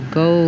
go